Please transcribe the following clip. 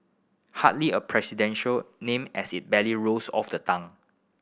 hardly a presidential name as it barely rolls off the tongue